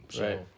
Right